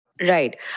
Right